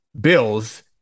Bills